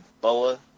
Boa